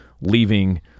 leaving